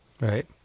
Right